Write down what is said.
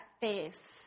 face